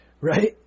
right